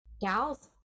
Gals